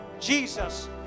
Jesus